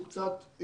מהצד הלא טוב,